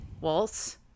Waltz